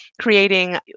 creating